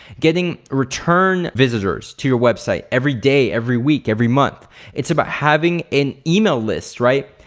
getting return visitors to your website every day, every week, every month. it's about having an email list, right?